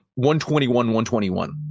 121-121